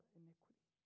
iniquity